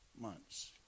months